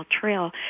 Trail